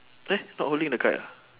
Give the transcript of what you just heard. eh not holding the kite ah